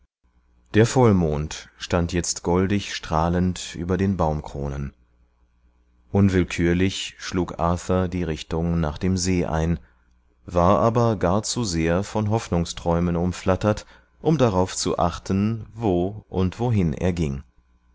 der vollmond stand jetzt goldig strahlend über den baumkronen unwillkürlich schlug arthur die richtung nach dem see ein war aber gar zu sehr von hoffnungsträumen umflattert um darauf zu achten wo und wohin er ging